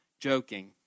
joking